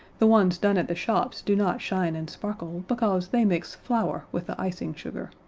the ones done at the shops do not shine and sparkle, because they mix flour with the icing sugar.